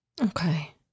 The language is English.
Okay